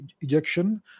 ejection